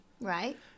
Right